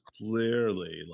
clearly